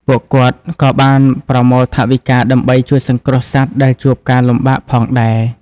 ពួកគាត់ក៏បានប្រមូលថវិកាដើម្បីជួយសង្គ្រោះសត្វដែលជួបការលំបាកផងដែរ។